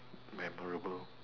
memorable